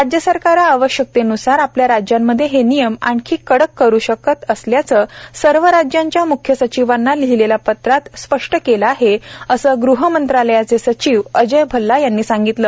राज्यसरकारं आवश्यकतेन्सार आपल्या राज्यामध्ये हे नियम आणखी कडक करू शकत असल्याचं सर्व राज्यांच्या मुख्य सचिवांना लिहिलेल्या पत्रात स्पष्ट केलं आहे असं गुहमंत्रालयाचे सचिव अजय भल्ला यांनी सांगितलं